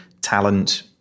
talent